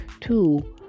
Two